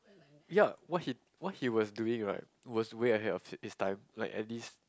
yup what he what he was doing right was way ahead of it his time like at least